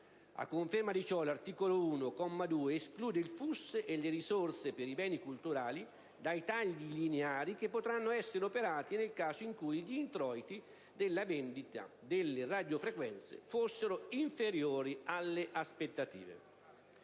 a conferma di ciò, l'articolo 1, comma 2, esclude il FUS e le risorse per i beni culturali dai tagli lineari che potranno essere operati nel caso in cui gli introiti della vendita delle radiofrequenze fossero inferiori alle aspettative.